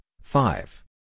five